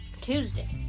Tuesday